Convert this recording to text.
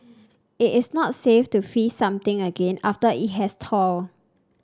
it is not safe to freeze something again after it has thawed